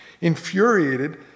Infuriated